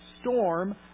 storm